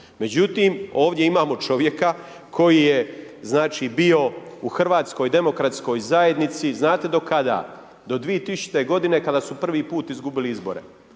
Međutim, ovdje imamo čovjeka koji je znači bio u HDZ-u, znate do kada do 2000. godine kada su prvi put izgubili izbore,